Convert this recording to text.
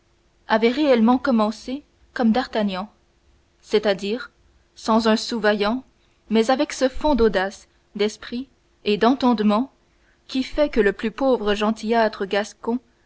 avait réellement commencé comme d'artagnan c'est-à-dire sans un sou vaillant mais avec ce fonds d'audace d'esprit et d'entendement qui fait que le plus pauvre gentillâtre gascon